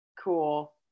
cool